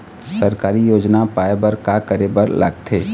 सरकारी योजना पाए बर का करे बर लागथे?